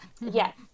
Yes